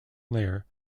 layer